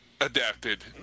adapted